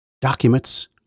documents